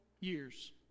years